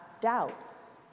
doubts